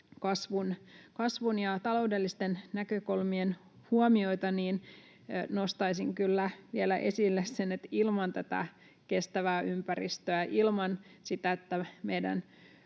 kasvun ja taloudellisten näkökulmien huomioita, nostaisin kyllä vielä esille sen, että ilman tätä kestävää ympäristöä, ilman sitä, että meidän